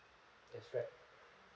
that's right